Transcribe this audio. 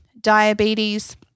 diabetes